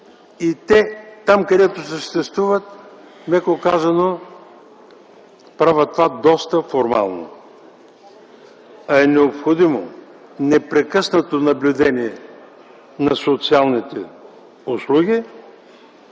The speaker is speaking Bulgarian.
Там, където те съществуват, меко казано, правят това доста формално, а е необходимо непрекъснато наблюдение на социалните услуги.